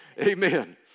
Amen